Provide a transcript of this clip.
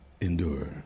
endure